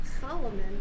Solomon